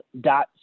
dot